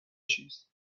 چیز